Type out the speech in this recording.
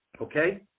Okay